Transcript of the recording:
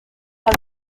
has